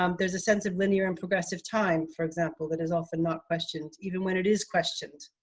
um there's a sense of linear and progressive time, for example, that is often not questioned. even when it is questioned,